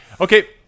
Okay